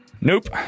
Nope